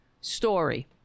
story